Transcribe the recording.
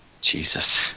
Jesus